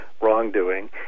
wrongdoing